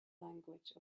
language